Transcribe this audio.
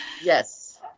yes